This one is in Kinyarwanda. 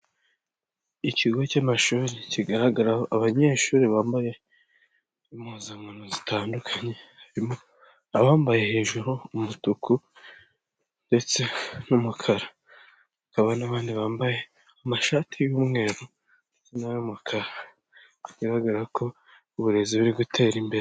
Ikigo cy'amashuri kigaragaraho abanyeshuri bambaye impuzankano zitandukanye, harimo abambaye hejuru umutuku ndetse n'umukara, hakaba n'abandi bambaye amashati y'umweru n'ay'umukara, bigaragara ko uburezi buri gutera imbere.